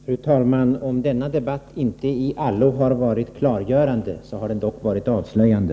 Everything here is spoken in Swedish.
Fru talman! Om denna debatt inte i allo har varit klargörande så har den dock varit avslöjande.